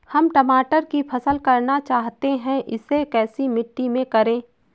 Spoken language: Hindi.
हम टमाटर की फसल करना चाहते हैं इसे कैसी मिट्टी में करें?